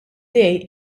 dei